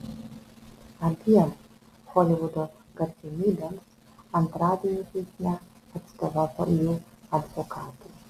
abiem holivudo garsenybėms antradienį teisme atstovavo jų advokatai